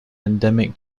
endemic